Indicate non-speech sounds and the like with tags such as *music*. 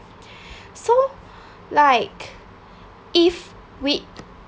*breath* so like if we